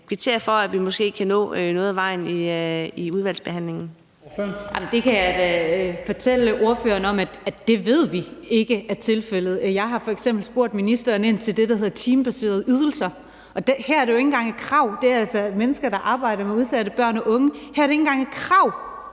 15:36 Første næstformand (Leif Lahn Jensen): Ordføreren. Kl. 15:36 Katrine Daugaard (LA): Det kan jeg da fortælle ordføreren vi ved ikke er tilfældet. Jeg har f.eks. spurgt ministeren ind til det, der hedder timebaserede ydelser, og her er det jo ikke engang et krav. Det er altså mennesker, der arbejder med udsatte børn og unge, og her er det ikke engang et krav,